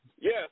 Yes